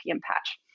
patch